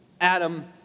Adam